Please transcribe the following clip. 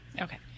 Okay